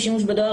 בפיזי?